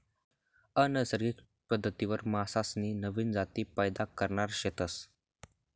अनैसर्गिक पद्धतवरी मासासनी नवीन जाती पैदा करणार शेतस